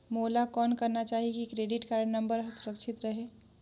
मोला कौन करना चाही की क्रेडिट कारड नम्बर हर सुरक्षित रहे?